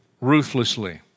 ruthlessly